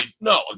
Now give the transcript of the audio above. No